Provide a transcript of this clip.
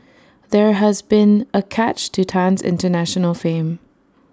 there has been A catch to Tan's International fame